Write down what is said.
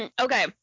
Okay